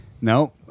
No